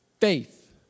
faith